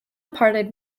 parted